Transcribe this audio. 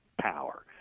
power